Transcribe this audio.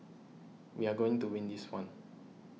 we are going to win this one